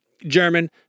german